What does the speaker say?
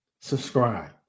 Subscribe